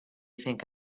think